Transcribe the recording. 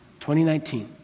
2019